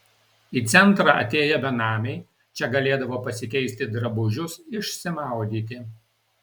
į centrą atėję benamiai čia galėdavo pasikeisti drabužius išsimaudyti